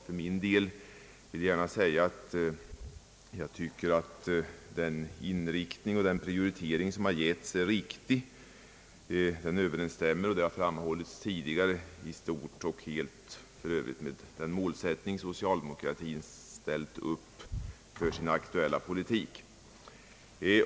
För min del tycker jag att den inriktning och den prioritering som getts är riktig. Den överensstämmer — och det har framhållits tidigare — i stort sett helt med den målsättning som socialdemokratin ställt upp för sin aktuella politik.